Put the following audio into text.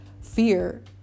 fear